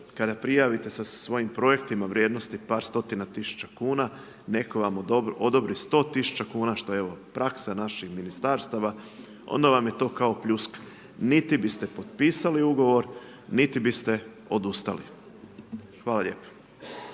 kada prijavite sa svojim projektima vrijednosti par stotina tisuća kuna, netko vam odobri, sto tisuća kuna, što je evo, praksa vaših ministarstava, onda vam je to kao pljuska. Niti biste potpisali ugovor, niti biste odustali. Hvala lijepo.